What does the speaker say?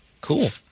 Cool